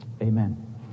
amen